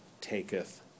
taketh